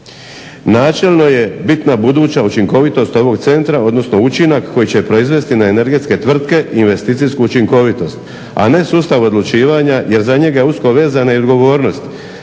Načelno je bitna buduća učinkovitost ovog centra, odnosno učinak koji će proizvesti na energetske tvrtke i investicijsku učinkovitost, a ne sustav odlučivanja jer za njega je usko vezana i odgovornost.